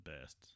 best